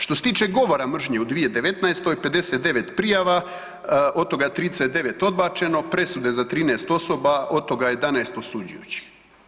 Što se tiče govora mržnje u 2019. 59 prijava od toga 39 odbačeno, presude za 13 osoba od toga 11 osuđujućih.